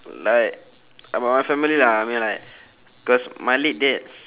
like about my family lah I mean like cause my late dad's